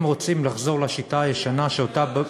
אם רוצים לחזור לשיטה הישנה, איציק,